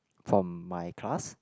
from my class